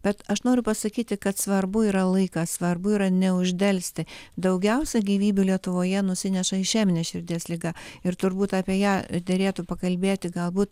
bet aš noriu pasakyti kad svarbu yra laikas svarbu yra neuždelsti daugiausiai gyvybių lietuvoje nusineša išeminė širdies liga ir turbūt apie ją derėtų pakalbėti galbūt